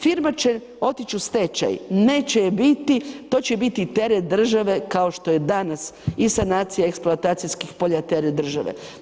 Firma će otići u stečaj, neće je biti, to će biti teret države kao što je danas i sanacija eksploatacijskih polja je teret države.